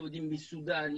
יהודים מסודן,